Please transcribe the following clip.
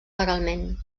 legalment